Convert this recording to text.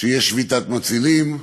שיש שביתת מצילים,